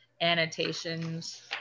annotations